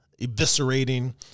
eviscerating